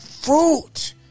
fruit